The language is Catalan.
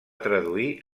traduir